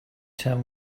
tell